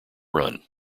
run